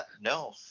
No